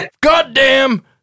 goddamn